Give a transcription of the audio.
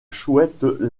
chouette